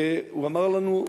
הוא אמר לנו,